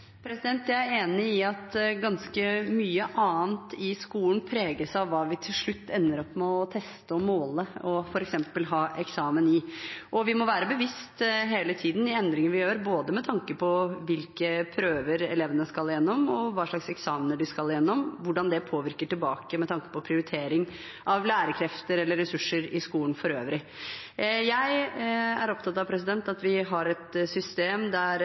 Jeg er enig i at ganske mye annet i skolen preges av hva vi til slutt ender med å teste og måle og f.eks. ha eksamen i. Vi må hele tiden være bevisst de endringer vi gjør, både med tanke på hvilke prøver elevene skal gjennom, og hva slags eksamener de skal gjennom – hvordan det påvirker tilbake med tanke på prioritering av lærekrefter eller ressurser i skolen for øvrig. Jeg er opptatt av at vi har et system der